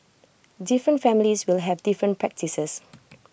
different families will have different practices